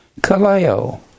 Kaleo